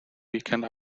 weekend